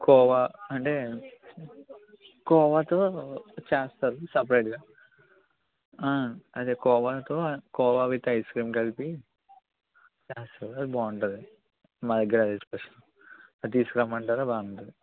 కోవా అంటే కోవాతో చేస్తారు సపరేట్గా అదే కోవాతో కోవా విత్ ఐస్ క్రీమ్ బాగుంటుంది మా దగ్గర అదిస్పెషల్ అది తీసుకురమ్మంటారా బాగుంటుంది